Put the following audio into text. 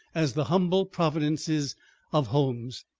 as the humble providences of homes.